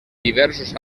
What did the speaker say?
diversos